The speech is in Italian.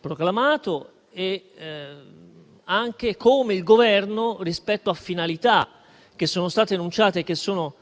proclamato e anche come il Governo, rispetto alle finalità enunciate, che sono